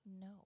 No